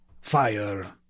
Fire